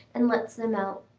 and lets them out.